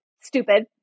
stupid